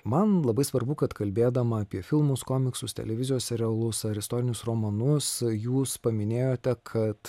man labai svarbu kad kalbėdama apie filmus komiksus televizijos serialus ar istorinius romanus jūs paminėjote kad